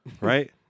right